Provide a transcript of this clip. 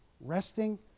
Resting